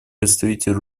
представитель